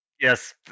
Yes